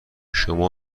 شما